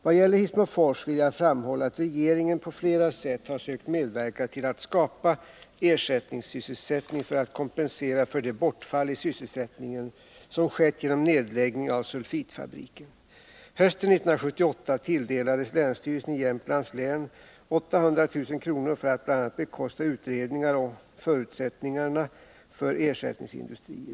Vad gäller Hissmofors vill jag framhålla att regeringen på flera sätt har sökt medverka till att skapa ersättningssysselsättning för att kompensera det bortfall i sysselsättningen som skett genom nedläggning av sulfitfabriken. Hösten 1978 tilldelades länsstyrelsen i Jämtlands län 800 000 kr. för att bl.a. bekosta utredningar om förutsättningarna för ersättningsindustri.